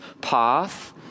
path